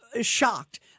shocked